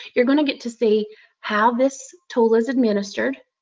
you're going to get to see how this tool was administered,